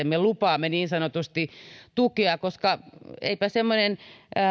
me lupaamme niin sanotusti tukea koska eipä semmoinen